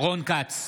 רון כץ,